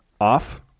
off